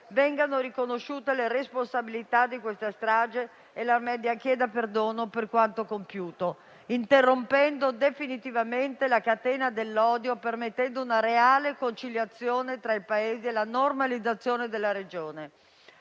vengano riconosciute le responsabilità di questa strage e l'Armenia chieda perdono per quanto compiuto, interrompendo definitivamente la catena dell'odio, permettendo una reale conciliazione tra i Paesi e la normalizzazione della regione.